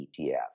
ETF